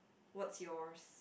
what's yours